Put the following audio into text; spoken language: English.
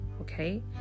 okay